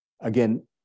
again